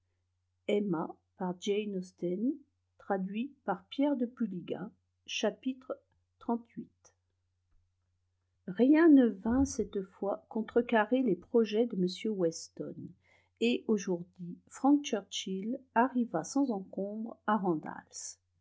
rien ne vint cette fois contrecarrer les projets de m weston et au jour dit frank churchill arriva sans encombre à randalls